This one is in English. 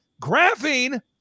graphene